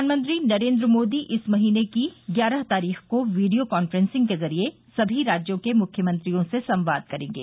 प्रधानमंत्री नरेन्द्र मोदी इस महीने की ग्यारह तारीख को वीडियो काफ्रेंसिंग के जरिये सभी राज्यों के मुख्यमंत्रियों से संवाद करेंगे